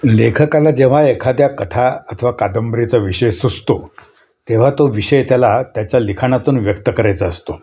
लेखकाला जेव्हा एखाद्या कथा अथवा कादंबरीचा विषय सुचतो तेव्हा तो विषय त्याला त्याच्या लिखाणातून व्यक्त करायचा असतो